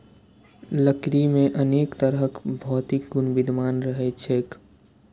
लकड़ी मे अनेक तरहक भौतिक गुण विद्यमान रहैत छैक